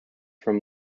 from